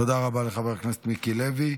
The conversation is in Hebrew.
תודה רבה לחבר הכנסת מיקי לוי.